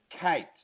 Kate